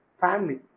family